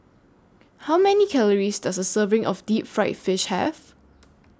How Many Calories Does A Serving of Deep Fried Fish Have